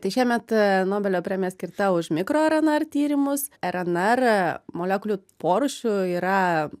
kai šiemet nobelio premija skirta už mikro rnr tyrimus rnr molekulių porūšių yra